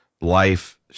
life